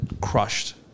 crushed